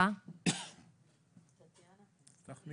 הישיבה ננעלה בשעה 15:30.